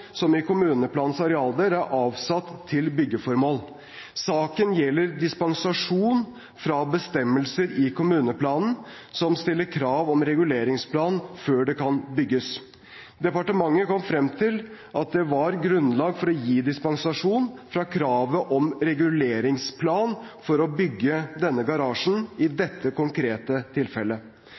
som i kommuneplanens arealdel er avsatt til byggeformål. Saken gjelder dispensasjon fra bestemmelser i kommuneplanen, som stiller krav om reguleringsplan før det kan bygges. Departementet kom frem til at det var grunnlag for å gi dispensasjon fra kravet om reguleringsplan for å bygge denne garasjen i dette konkrete tilfellet.